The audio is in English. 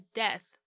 death